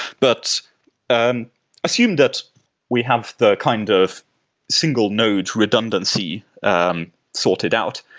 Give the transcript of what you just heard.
but um assume that we have the kind of single node redundancy um sorted out.